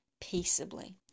peaceably